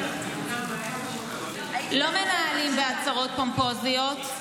לא מנהלים בהצהרות פומפוזיות,